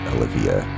Olivia